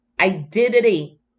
identity